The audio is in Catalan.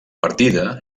partida